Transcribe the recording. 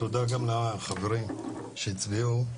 תודה גם לחברים שהצביעו.